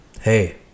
hey